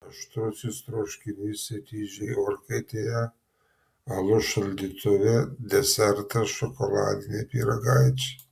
aštrusis troškinys ir ryžiai orkaitėje alus šaldytuve desertas šokoladiniai pyragaičiai